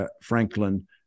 Franklin